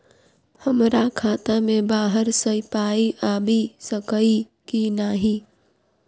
हमरा खाता मे बाहर सऽ पाई आबि सकइय की नहि?